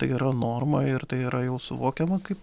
tai yra norma ir tai yra jau suvokiama kaip